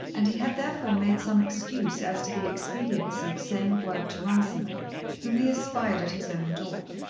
and he had therefore made some excuse as to the expediency of saying a word to runciman whom he espied at his own door.